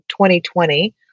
2020